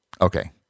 Okay